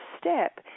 step